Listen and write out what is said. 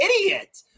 idiot